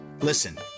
Listen